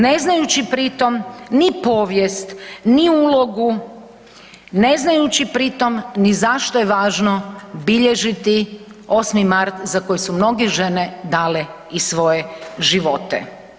Ne znajući pri tom ni povijest, ni ulogu, ne znajući pri tom ni zašto je važno bilježiti 8. mart za koje su mnoge žene dale i svoje živote.